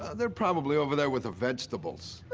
they're probably over there with the vegetables.